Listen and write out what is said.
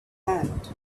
hand